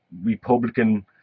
Republican